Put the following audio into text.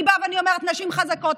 אני באה ואני אומרת: נשים חזקות,